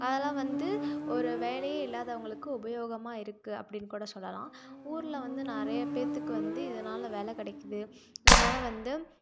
அதெல்லாம் வந்து ஒரு வேலையே இல்லாதவங்களுக்கு உபயோகமாக இருக்குது அப்படின்னு கூட சொல்லலாம் ஊரில் வந்து நிறைய பேர்த்துக்கு வந்து இதனால் வேலை கிடைக்குது இதனால் வந்து